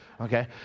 Okay